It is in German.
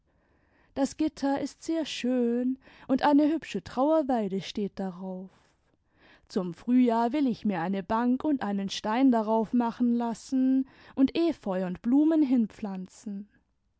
das gitter ist sehr schön und eine hübsche trauerweide steht darauf zum frühjahr will ich mir eine bank und einen stein darauf machen lassen und efeu imd blumen hinpflanzen